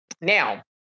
Now